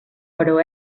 però